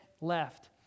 left